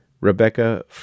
Rebecca